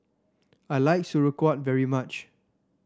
I like Sauerkraut very much